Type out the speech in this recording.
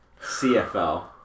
CFL